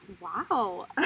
Wow